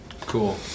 Cool